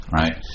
right